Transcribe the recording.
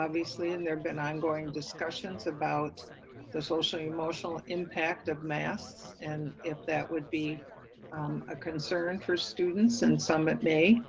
obviously and there have been on-going discussions about the socio-emotional impact of masks, and if that would be a concern for students, and some it may.